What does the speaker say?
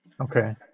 Okay